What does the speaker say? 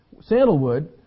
sandalwood